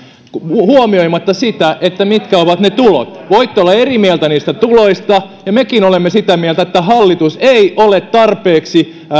huomioimatta sitä mitkä ovat ne tulot voitte olla eri mieltä niistä tuloista ja mekin olemme sitä mieltä että hallitus ei ole tarpeeksi